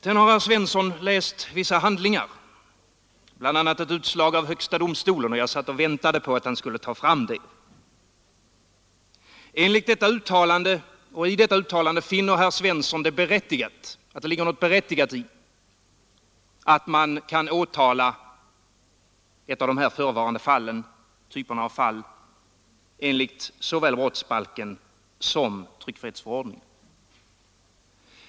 Herr Svensson i Eskilstuna har läst vissa handlingar, bl.a. ett utslag av högsta domstolen, och jag satt och väntade på att han skulle ta fram det. Herr Svensson i Eskilstuna finner att det enligt detta uttalande ligger något berättigat i att man i den typ av fall som det här är fråga om kan åtala enligt såväl brottsbalken som tryckfrihetsförordningen.